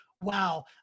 wow